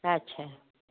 আচ্ছা